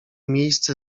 miejsce